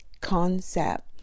concept